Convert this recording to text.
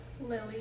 Lily